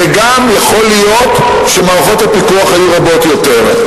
וגם יכול להיות שמערכות הפיקוח היו רבות יותר.